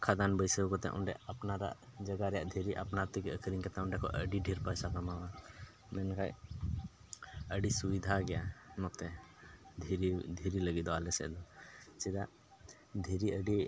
ᱠᱷᱟᱫᱟᱱ ᱵᱟᱹᱭᱥᱟᱹᱣ ᱠᱟᱛᱮᱫ ᱚᱸᱰᱮ ᱟᱯᱱᱟᱨᱟᱜ ᱡᱟᱭᱜᱟ ᱨᱮᱭᱟᱜ ᱫᱷᱤᱨᱤ ᱟᱯᱱᱟᱨ ᱛᱮᱜᱮ ᱟᱹᱠᱷᱨᱤᱧ ᱠᱟᱛᱮᱫ ᱚᱸᱰᱮ ᱠᱷᱚᱡ ᱟᱹᱰᱤ ᱰᱷᱮᱹᱨ ᱯᱚᱭᱥᱟ ᱠᱟᱢᱟᱣᱟ ᱢᱮᱱᱠᱷᱟᱡ ᱟᱹᱰᱤ ᱥᱩᱵᱤᱫᱟ ᱜᱮᱭᱟ ᱱᱚᱛᱮ ᱫᱷᱤᱨᱤ ᱫᱷᱤᱨᱤ ᱞᱟᱹᱜᱤᱫ ᱫᱚ ᱟᱞᱮ ᱥᱮᱫ ᱪᱮᱫᱟᱜ ᱫᱷᱤᱨᱤ ᱟᱹᱰᱤ